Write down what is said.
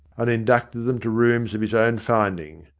and inducted them to rooms of his own finding.